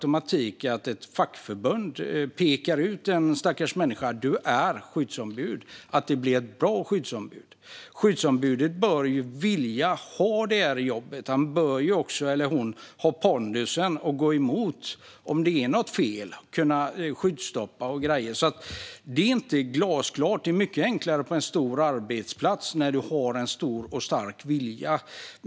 Om ett fackförbund säger till en stackars människa att vara skyddsombud innebär det inte per automatik att det blir ett bra skyddsombud. Skyddsombudet bör vilja ha jobbet. Han eller hon bör också ha pondusen för att kunna gå emot, om något är fel, skyddsstoppa och så vidare. Det är inte glasklart. Det är mycket enklare på en stor arbetsplats där man har en stor och stark vilja.